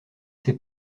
ces